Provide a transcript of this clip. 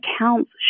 accounts